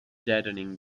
deadening